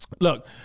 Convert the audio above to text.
Look